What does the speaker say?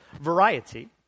variety